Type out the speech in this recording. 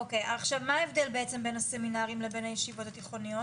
אוקי עכשיו מה ההבדל בין הסמינרים לבין הישיבות התיכוניות?